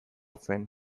zen